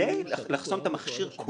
כדי לחסום את המכשיר כולו.